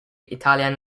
italian